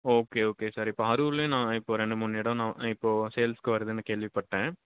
okay okay sir இப்போ அரூர்லையும் நான் இப்போ ரெண்டு மூணு இடோம் நான் இப்போ சேல்ஸுக்கு வருதுன்னு கேள்விப்பட்டேன்